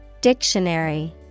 Dictionary